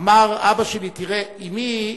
אמר אבא שלי: תראה, אמי,